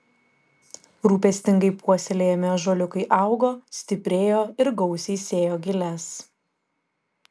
rūpestingai puoselėjami ąžuoliukai augo stiprėjo ir gausiai sėjo giles